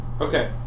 Okay